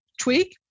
tweak